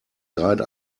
guide